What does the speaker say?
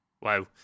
Wow